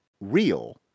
real